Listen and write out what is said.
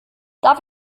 darf